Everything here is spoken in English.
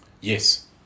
yes